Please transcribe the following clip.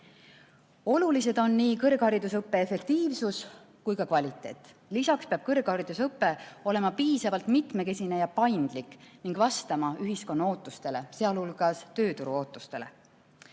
Olulised on nii kõrgharidusõppe efektiivsus kui ka kvaliteet. Lisaks peab kõrgharidusõpe olema piisavalt mitmekesine ja paindlik ning vastama ühiskonna ootustele, sealhulgas tööturu ootustele.